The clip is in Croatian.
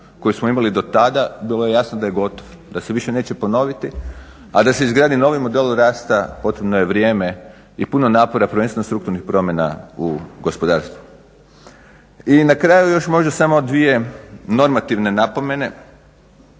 koji smo imali do tada, bilo je jasno da je gotov, da se više neće ponoviti, a da se izgradi novi model rast, potrebno je vrijeme i puno napora, prvenstveno strukturnih promjena u gospodarstvu. I na kraju još možda samo dvije normativne napomene.